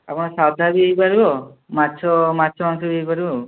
ଆପଣ ସାଧାବି ହୋଇପାରିବ ମାଛ ମାଂସବି ହୋଇପାରିବ